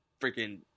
freaking